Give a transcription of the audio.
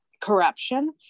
corruption